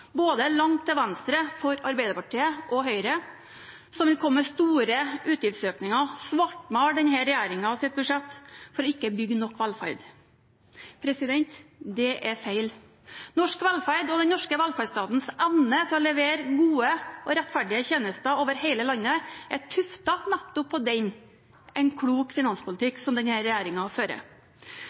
både langt til venstre for Arbeiderpartiet og til høyre, som vil komme med store utgiftsøkninger og svartmale denne regjeringens budsjett for ikke å bygge nok velferd. Det er feil. Norsk velferd og den norske velferdsstatens evne til å levere gode og rettferdige tjenester over hele landet er tuftet nettopp på en klok finanspolitikk, som denne regjeringen fører.